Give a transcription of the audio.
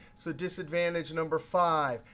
so disadvantage number five,